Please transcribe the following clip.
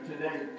today